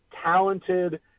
talented